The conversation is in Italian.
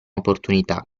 opportunità